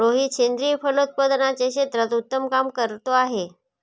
रोहित सेंद्रिय फलोत्पादनाच्या क्षेत्रात उत्तम काम करतो आहे